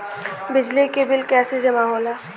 बिजली के बिल कैसे जमा होला?